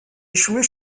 échouer